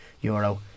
euro